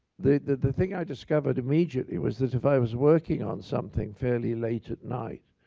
the thing i discovered immediately was that if i was working on something fairly late at night,